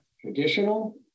traditional